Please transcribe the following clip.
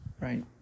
right